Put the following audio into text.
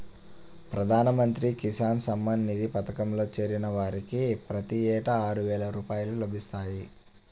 ప్రధాన మంత్రి కిసాన్ సమ్మాన్ నిధి పథకంలో చేరిన వారికి ప్రతి ఏటా ఆరువేల రూపాయలు లభిస్తాయి